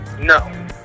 No